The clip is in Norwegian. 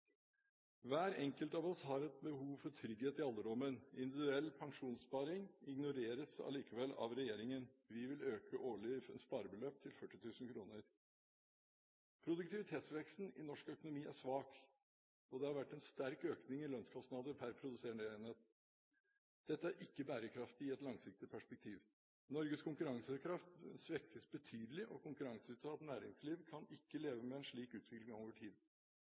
Hver enkelt av oss har et behov for trygghet i alderdommen. Individuell pensjonssparing ignoreres allikevel av regjeringen. Vi vil øke det årlige sparebeløpet til 40 000 kr. Produktivitetsveksten i norsk økonomi er svak, og det har vært en sterk økning i lønnskostnader per produsert enhet. Dette er ikke bærekraftig i et langsiktig perspektiv. Norges konkurransekraft svekkes betydelig, og konkurranseutsatt næringsliv kan ikke leve med en slik utvikling over tid.